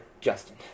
justin